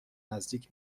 نزدیک